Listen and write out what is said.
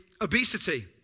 obesity